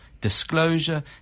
disclosure